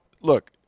look